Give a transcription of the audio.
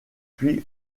puis